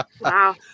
wow